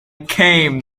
came